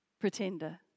pretender